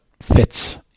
fits